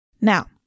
Now